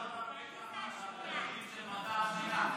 עליזה בראשי.